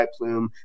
Whiteplume